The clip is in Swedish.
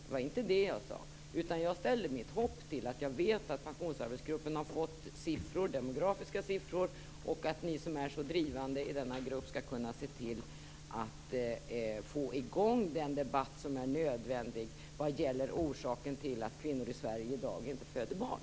Det var inte så jag sade, utan jag ställde mitt hopp till de demografiska siffror som Pensionsgruppen har fått ta del av och till att ni som är så drivande i denna grupp skall kunna se till att få i gång den debatt som är nödvändig om orsaken till att kvinnor i Sverige i dag inte föder barn.